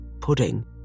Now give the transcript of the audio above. Pudding